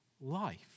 life